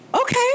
Okay